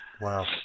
Wow